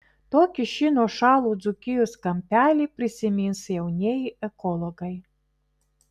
tokį šį nuošalų dzūkijos kampelį prisimins jaunieji ekologai